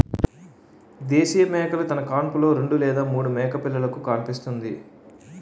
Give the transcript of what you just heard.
దేశీయ మేకలు తన కాన్పులో రెండు లేదా మూడు మేకపిల్లలుకు కాన్పుస్తుంది